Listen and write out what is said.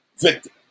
victim